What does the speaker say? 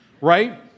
right